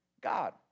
God